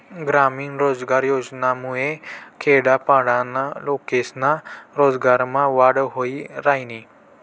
ग्रामीण रोजगार योजनामुये खेडापाडाना लोकेस्ना रोजगारमा वाढ व्हयी रायनी